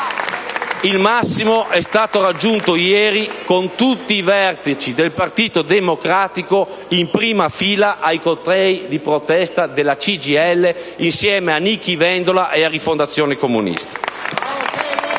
massimo è stato raggiunto ieri, con tutti i vertici del Partito Democratico in prima fila ai cortei di protesta della CGIL, insieme a Nichi Vendola e a Rifondazione Comunista.